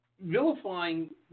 Vilifying